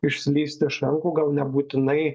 išslysti iš rankų gal nebūtinai